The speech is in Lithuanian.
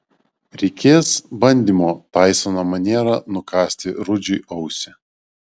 reikės bandymo taisono maniera nukąsti rudžiui ausį